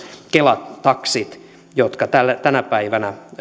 kela taksit jotka tänä päivänä